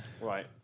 right